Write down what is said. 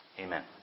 Amen